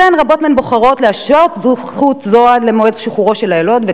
רבות מהן בוחרות להשעות זכות זו עד מועד שחרורו של היילוד,